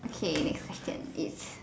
okay next question